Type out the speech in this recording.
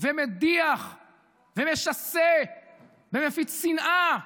ומדיח ומשסה ומפיץ שנאה.